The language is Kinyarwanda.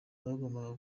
bagombaga